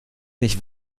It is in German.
nicht